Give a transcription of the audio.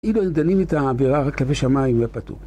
‫אילו היו דנים את העבירה רק כלפי שמים היה פטור.